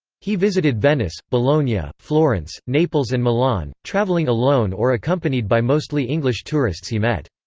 he visited venice, bologna, ah florence, naples and milan, travelling alone or accompanied by mostly english tourists he met.